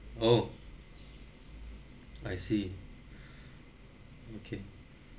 oh I see okay